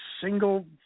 single